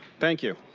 thank you.